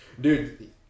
Dude